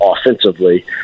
offensively